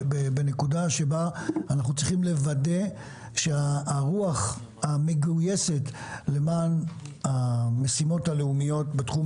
בנקודה שבה אנחנו צריכים לוודא שהרוח המגויסת למען המשימות הלאומיות בתחום